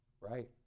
Right